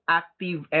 active